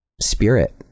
spirit